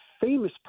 famous